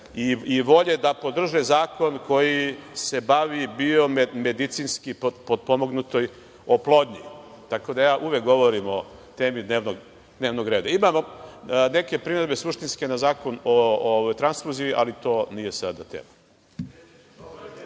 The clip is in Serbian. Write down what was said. i volje da podrže zakon koji se bavi biomedicinski potpomognutoj oplodnji, tako da uvek govorim o temi dnevnog reda. Imamo neke primedbe suštinske na Zakon o transfuziji, ali to nije sada tema.